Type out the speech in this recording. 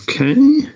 Okay